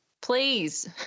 please